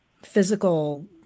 physical